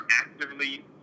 actively